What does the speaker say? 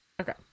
Okay